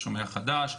השומר החדש,